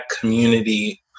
community